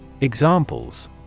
Examples